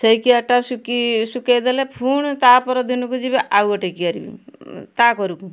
ସେଇ କିଆରିଟା ଶୁଖାଇଦେଲେ ପୁଣି ତା'ପରଦିନକୁ ଯିବେ ଆଉ ଗୋଟେ କିଆରିକୁ ତା'କଡ଼କୁ